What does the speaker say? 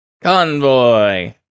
convoy